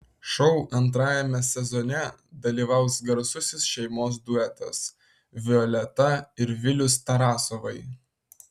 šou antrajame sezone dalyvaus garsusis šeimos duetas violeta ir vilius tarasovai